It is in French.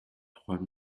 trois